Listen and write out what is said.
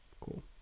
cool